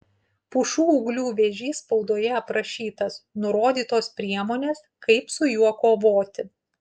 pušų ūglių vėžys spaudoje aprašytas nurodytos priemonės kaip su juo kovoti